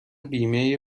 بیمه